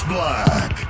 Black